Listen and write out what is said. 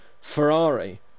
Ferrari